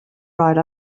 right